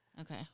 Okay